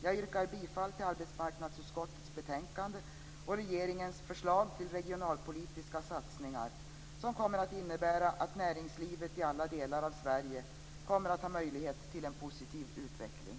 Jag yrkar bifall till hemställan i arbetsmarknadsutskottets betänkande och till regeringens förslag om regionalpolitiska satsningar som kommer att innebära att näringslivet i alla delar av Sverige får möjlighet till en positiv utveckling.